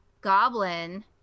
Goblin